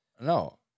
no